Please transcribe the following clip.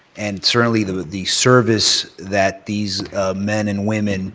and certainly the the service that these men and women